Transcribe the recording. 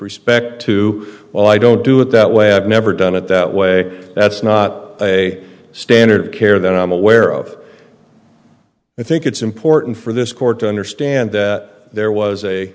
respect to well i don't do it that way i've never done it that way that's not a standard of care that i'm aware of i think it's important for this court to understand that there was a